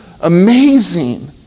Amazing